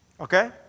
Okay